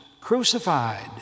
crucified